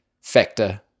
factor